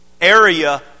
area